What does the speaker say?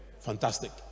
Fantastic